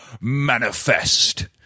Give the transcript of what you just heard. manifest